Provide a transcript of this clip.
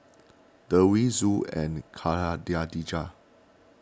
Dewi Zul and Khadija